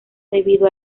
debido